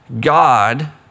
God